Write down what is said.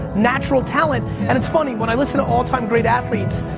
natural talent, and it's funny when i listen to all time great athletes,